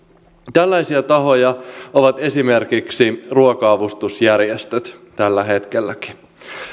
tällaisia tahoja ovat esimerkiksi ruoka avustusjärjestöt tällä hetkelläkin